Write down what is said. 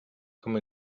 come